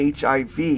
HIV